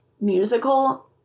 musical